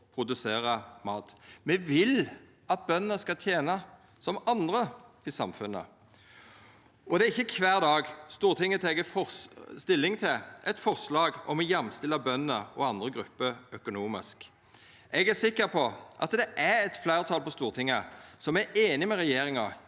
produsera mat. Me vil at bøndene skal tena som andre i samfunnet. Det er ikkje kvar dag Stortinget tek stilling til eit forslag om å jamstilla bønder og andre grupper økonomisk. Eg er sikker på at det er eit fleirtal på Stortinget som er einig med regjeringa